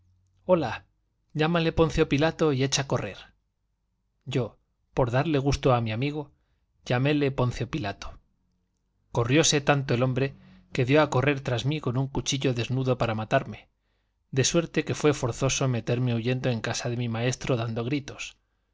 hola llámale poncio pilato y echa a correr yo por darle gusto a mi amigo llaméle poncio pilato corrióse tanto el hombre que dio a correr tras mí con un cuchillo desnudo para matarme de suerte que fue forzoso meterme huyendo en casa de mi maestro dando gritos